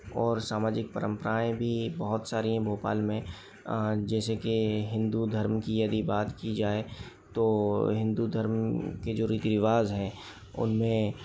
और सामाजिक परंपराएँ भी बहुत सारी हैं भोपाल में जैसे कि हिन्दू धर्म की यदि बात की जाए तो हिन्दू धर्म के जो रीति रिवाज है उनमें